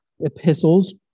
epistles